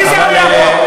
מי זה עוין פה?